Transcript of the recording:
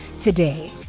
today